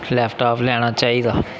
lap top लैना चाहिदा